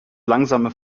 langsame